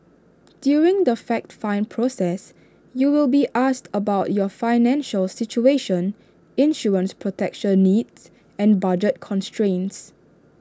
during the fact find process you will be asked about your financial situation insurance protection needs and budget constraints